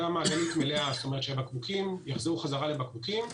כלכלית מלאה כך שהבקבוקים יחזרו להיות בקבוקים.